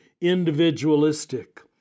individualistic